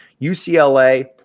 UCLA